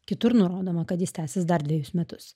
kitur nurodoma kad jis tęsis dar dvejus metus